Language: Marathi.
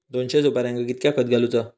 दोनशे सुपार्यांका कितक्या खत घालूचा?